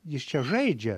jis čia žaidžia